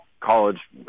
college